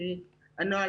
לפי הנוהל,